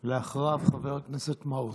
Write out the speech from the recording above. אחריו, חבר הכנסת מעוז.